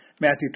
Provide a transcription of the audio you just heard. Matthew